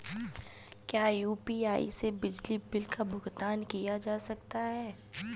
क्या यू.पी.आई से बिजली बिल का भुगतान किया जा सकता है?